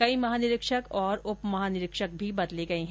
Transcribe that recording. कई महानिरीक्षक तथा उपमहानिरीक्षक भी बदले गये हैं